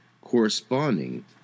corresponding